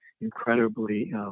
incredibly